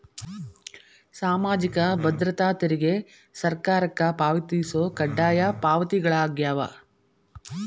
ಸಾಮಾಜಿಕ ಭದ್ರತಾ ತೆರಿಗೆ ಸರ್ಕಾರಕ್ಕ ಪಾವತಿಸೊ ಕಡ್ಡಾಯ ಪಾವತಿಗಳಾಗ್ಯಾವ